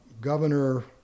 Governor